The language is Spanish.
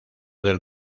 del